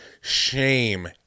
shame